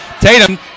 Tatum